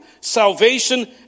salvation